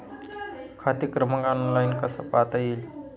खाते क्रमांक ऑनलाइन कसा पाहता येईल?